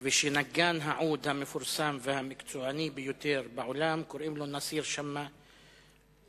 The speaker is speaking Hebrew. ושנגן העוד המפורסם והמקצועני ביותר בעולם נקרא נאסיר שאמה.